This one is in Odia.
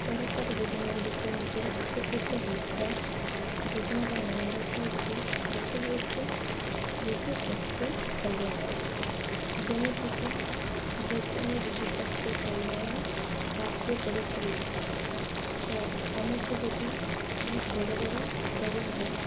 ସରକାରୀ ଯୋଜନା ଗୁଡ଼ିକ ମଧ୍ୟରୁ ଉପକୃତ ହେଉଥିବା ଯୋଜନାର ନାଁ ଗୁଡ଼ାକ ହଉଛି ଗୋଟେ ହେଉଛି ବିଜୁ ସ୍ୱାସ୍ଥ୍ୟ କଲ୍ୟାଣ ଯେମିତିକି ଯଦି ଆମେ ବିଜୁ ସ୍ୱାସ୍ଥ୍ୟ କଲ୍ୟାଣ କାର୍ଡ଼୍ଟି କରିଥିବୁ ତ ଆମକୁ ଯଦି ବହୁତ ବଡ଼ ବଡ଼ ରୋଗ ହେଲା